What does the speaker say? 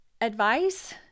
advice